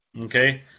Okay